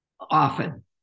Often